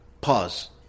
Pause